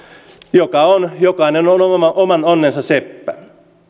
joka on jokainen on on oman onnensa seppä